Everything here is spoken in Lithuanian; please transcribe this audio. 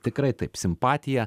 tai tikrai taip simpatija